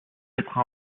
être